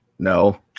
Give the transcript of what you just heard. No